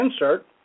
insert